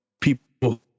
people